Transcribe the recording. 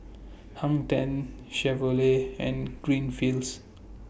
Hang ten Chevrolet and Greenfields